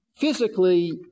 physically